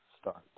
start